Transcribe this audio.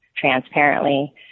transparently